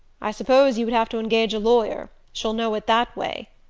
i suppose you would have to engage a lawyer. she'll know it that way,